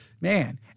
Man